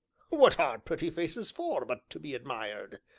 what are pretty faces for but to be admired?